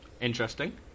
Interesting